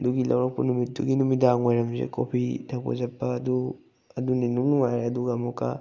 ꯑꯗꯨꯒꯤ ꯂꯧꯔꯛꯄ ꯅꯨꯃꯤꯠꯇꯨꯒꯤ ꯅꯨꯃꯤꯗꯥꯡ ꯋꯥꯏꯔꯝꯁꯦ ꯀꯣꯐꯤ ꯊꯛꯄ ꯆꯠꯄ ꯑꯗꯨ ꯑꯗꯨꯅ ꯏꯅꯨꯡ ꯅꯨꯡꯉꯥꯏꯔꯦ ꯑꯗꯨꯒ ꯑꯃꯨꯛꯀ